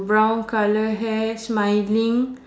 brown colour hair smiling